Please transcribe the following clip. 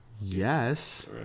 Yes